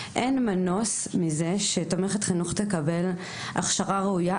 אין מנוס מזה שתומכת חינוך תקבל הכשרה ראויה,